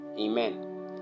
Amen